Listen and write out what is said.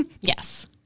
Yes